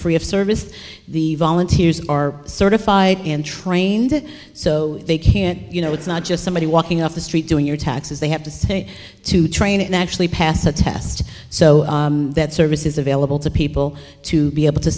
free of service the volunteers are certified and trained so they can you know it's not just somebody walking off the street doing your taxes they have to say to train and actually pass a test so that service is available to people to be able to